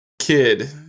Kid